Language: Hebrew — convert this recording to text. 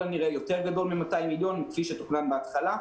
הנראה יותר גדול מ-200 מיליון כפי שתוכנן בהתחלה,